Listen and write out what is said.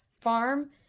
farm